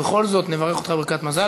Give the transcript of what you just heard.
ולכן התוצאה היא 47 בעד,